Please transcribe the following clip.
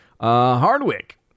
Hardwick